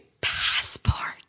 passport